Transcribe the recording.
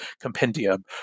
compendium